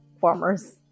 farmers